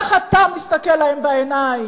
איך אתה מסתכל להם בעיניים?